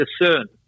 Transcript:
discerned